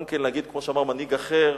גם להגיד, כמו שאמר מנהיג אחר: